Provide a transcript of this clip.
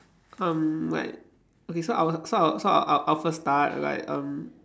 um like okay so I will so I will so I I will first start like um